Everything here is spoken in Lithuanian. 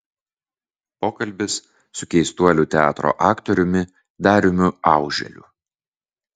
pokalbis su keistuolių teatro aktoriumi dariumi auželiu